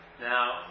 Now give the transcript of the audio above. Now